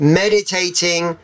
meditating